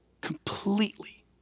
completely